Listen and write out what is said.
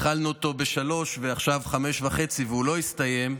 התחלנו אותו ב-15:00 ועכשיו 17:30 והוא לא הסתיים,